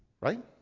Right